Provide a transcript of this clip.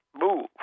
move